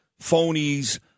phonies